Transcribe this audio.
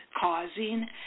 causing